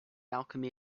alchemy